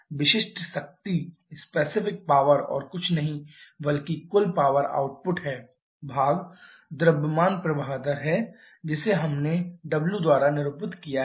विशिष्ट शक्ति और कुछ नहीं बल्कि कुल पावर आउटपुट है भाग द्रव्यमान प्रवाह दर है जिसे हमने w द्वारा निरूपित किया है